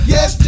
Yes